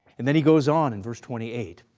and then he goes on in verse twenty eight.